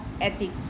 ethic